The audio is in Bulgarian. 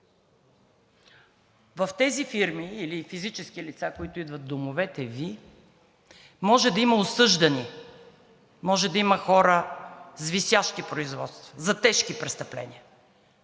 в тези фирми или физически лица, които идват в домовете Ви, може да има осъждани, може да има хора с висящи производства за тежки престъпления.